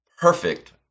perfect